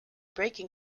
braking